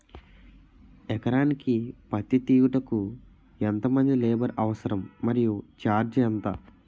ఎకరానికి పత్తి తీయుటకు ఎంత మంది లేబర్ అవసరం? మరియు ఛార్జ్ ఎంత?